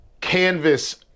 canvas